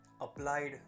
Applied